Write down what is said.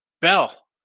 bell